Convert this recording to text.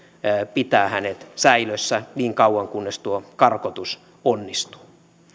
pitää hänet säilössä niin kauan kunnes tuo karkotus onnistuu